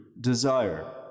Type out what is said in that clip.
desire